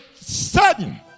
sudden